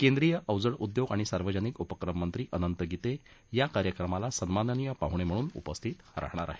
केंद्रीय अवजड उद्योग आणि सार्वजनिक उपक्रम मंत्री अनंत गीते हे या कार्यक्रमाला सन्माननीय पाहणे म्हणून उपस्थित राहणार आहेत